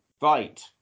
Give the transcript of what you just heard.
Right